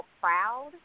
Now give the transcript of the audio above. proud